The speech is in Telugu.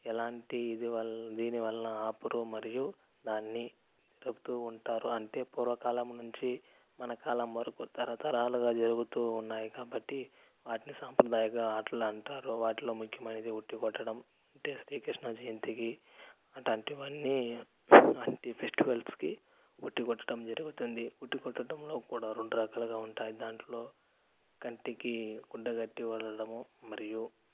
ఎలాంటి ఇది వల దీని వలన ఆపరు మరియు దాన్ని చెబుతు ఉంటారు అంటే పూర్వకాలం నుంచి మన కాలం వరకు తరతరాలుగా జరుగుతు ఉన్నాయి కాబట్టి వాటిని సాంప్రదాయ ఆటలు అంటారు వాటిలో ముఖ్యమైనది ఉట్టి కొట్టడం అంటే శ్రీకృష్ణ జయంతికి అట్లాంటివన్నీ అలాంటి ఫెస్టివల్స్కి ఉట్టి కొట్టడం జరుగుతుంది ఉట్టి కొట్టడంలో కూడా రెండు రకాలుగా ఉంటాయి దాంట్లో కంటికి గుడ్డ కట్టి ఉండడము మరియు